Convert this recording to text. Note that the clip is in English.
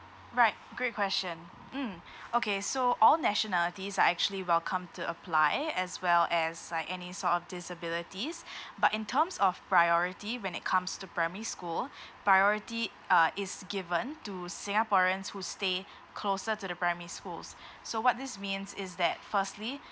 right great question mm okay so all nationalities are actually welcome to apply as well as like any sort of disabilities but in terms of priority when it comes to primary school priority uh is given to singaporeans who stay closer to the primary schools so what this means is that firstly